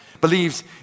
believes